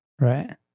Right